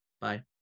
Bye